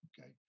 okay